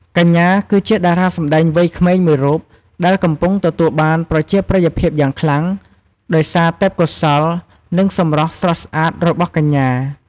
កញ្ញាគឺជាតារាសម្តែងវ័យក្មេងមួយរូបដែលកំពុងទទួលបានប្រជាប្រិយភាពយ៉ាងខ្លាំង ដោយសារទេពកោសល្យ និងសម្រស់ស្រស់ស្អាតរបស់កញ្ញា។